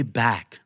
back